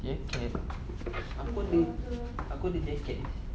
jacket apa aku ada jacket